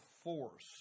force